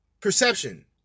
Perception